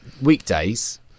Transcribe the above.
weekdays